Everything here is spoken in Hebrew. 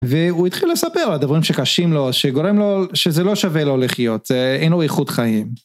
והוא התחיל לספר דברים שקשים לו שגורם לו... שזה לא שווה לו לחיות. אין לו איכות חיים.